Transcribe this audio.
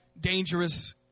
Dangerous